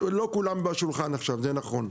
לא כולם בשולחן עכשיו, זה נכון.